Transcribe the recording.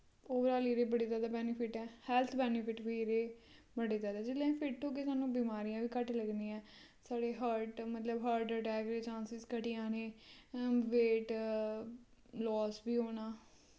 overall इदे बड़े जैदा बैनिफिट ऐ हैल्थ बैनिफिट वी इदे बड़े जैदा जिसलै असीं फिट होग्गे साह्नू बीमारियां वी घट्ट लगनियां साढ़े हार्ट मतलव हार्ट अटैक दे चांसिस घटी जाने वेट लास वी होना